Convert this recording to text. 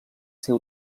ser